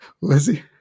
Lizzie